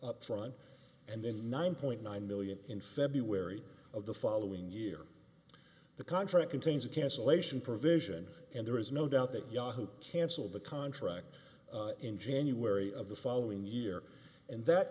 up front and nine point nine million in february of the following year the contract contains a cancellation provision and there is no doubt that yahoo cancel the contract in january of the following year and that